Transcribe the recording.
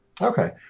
Okay